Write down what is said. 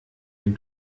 dem